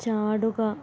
ചാടുക